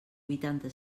huitanta